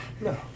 no